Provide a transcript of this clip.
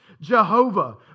Jehovah